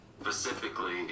specifically